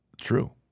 true